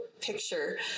picture